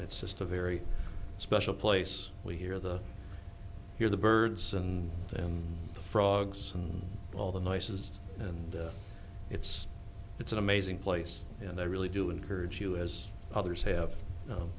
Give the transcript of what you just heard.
it's just a very special place we hear the hear the birds and and the frogs and all the nicest and it's it's an amazing place and i really do encourage you as others have